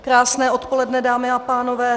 Krásné odpoledne, dámy a pánové.